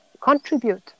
contribute